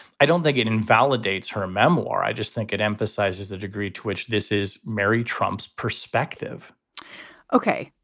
i don't think it invalidates her memoir. i just think it emphasizes the degree to which this is mary trump's perspective ok,